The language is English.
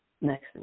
next